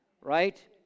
right